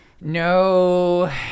No